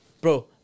Bro